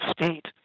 state